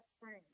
Spring